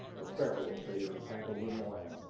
for pharaoh will say you're entangled in the land,